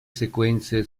sequenze